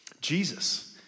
Jesus